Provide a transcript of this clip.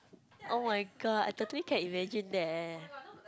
[oh]-my-god I totally can imagine that eh